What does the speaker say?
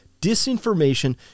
disinformation